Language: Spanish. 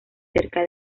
cerca